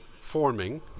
forming